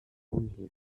unhilfreich